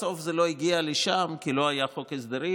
בסוף זה לא הגיע לשם, כי לא היה חוק הסדרים.